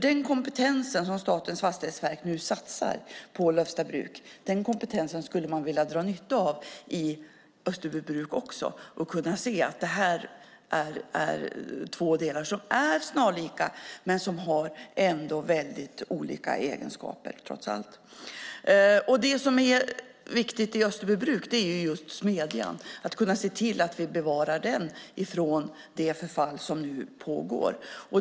Den kompetens som Statens fastighetsverk nu satsar på Lövstabruk skulle man vilja dra nytta av också i Österbybruk. Det är fråga om två snarlika miljöer, men trots det har de väldigt olika egenskaper. Det viktiga i Österbybruk är smedjan. Det är viktigt att se till att vi bevarar den från det förfall som nu pågår.